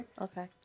Okay